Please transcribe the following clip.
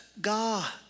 God